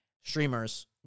streamers